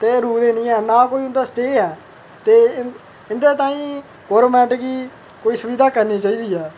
ते रुकदे निं ऐ नां कोई उंदा स्टे ऐ ते इंदे ताईं गौंरमैंट गी सुविधा करनी चाहिदी ऐ